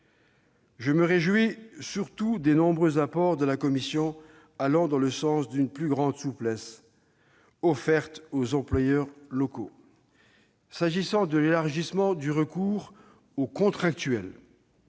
Je me réjouis surtout des nombreux apports de la commission allant dans le sens d'une plus grande souplesse offerte aux employeurs locaux. S'agissant de l'élargissement du recours aux contractuels,